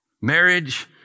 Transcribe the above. Marriage